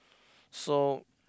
so